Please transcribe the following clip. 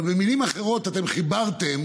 אבל במילים אחרות, אתם חיברתם